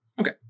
Okay